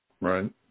right